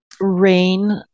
rain